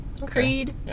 Creed